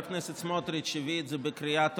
הכנסת סמוטריץ' הביא את זה בקריאה טרומית,